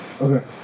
Okay